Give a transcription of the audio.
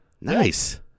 Nice